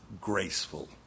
graceful